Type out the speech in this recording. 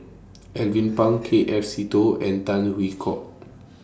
Alvin Pang K F Seetoh and Tan Hwee Hock